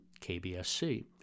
KBSC